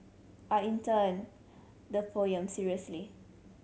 I intoned the poem seriously